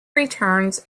returns